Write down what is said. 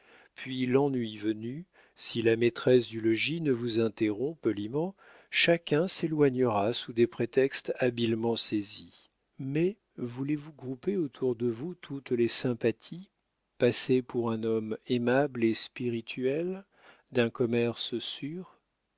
puis l'ennui venu si la maîtresse du logis ne vous interrompt poliment chacun s'éloignera sous des prétextes habilement saisis mais voulez-vous grouper autour de vous toutes les sympathies passer pour un homme aimable et spirituel d'un commerce